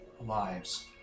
lives